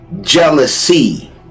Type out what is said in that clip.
jealousy